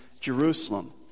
Jerusalem